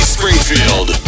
Springfield